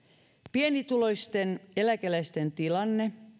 pienituloisten eläkeläisten tilanne